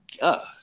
God